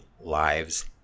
lives